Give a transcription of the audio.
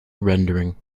rendering